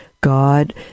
God